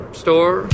store